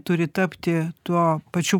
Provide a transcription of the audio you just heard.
turi tapti tuo pačiu